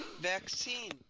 vaccine